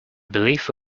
believe